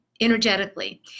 energetically